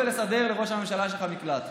ולא בלסדר לראש הממשלה שלך מקלט.